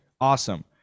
Awesome